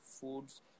foods